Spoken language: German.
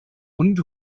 und